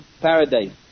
paradise